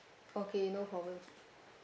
okay no problem